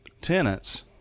tenants